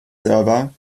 server